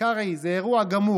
קרעי, זה אירוע גמור.